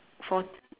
four